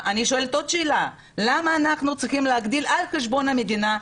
אני שואלת עוד שאלה: למה אנחנו צריכים להגדיל על חשבון המדינה,